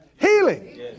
healing